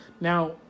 Now